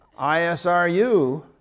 ISRU